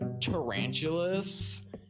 tarantulas